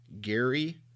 Gary